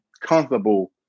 comfortable